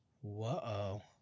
Whoa